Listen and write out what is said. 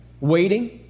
Waiting